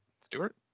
Stewart